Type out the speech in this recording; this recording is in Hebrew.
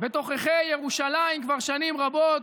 בתוככי ירושלים כבר שנים רבות.